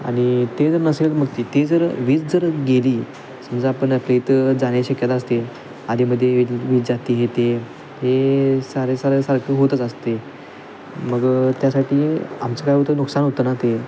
आणि ते जर नसेल मग तिथे जर वीज जर गेली समजा आपण आपल्या इथं जाण्याची शक्यता असते आधेमध्ये वीज जाते हे ते हे सारे सारे सारखं होतच असते मग त्यासाठी आमच्या काय होतं नुकसान होतं ना ते